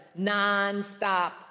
nonstop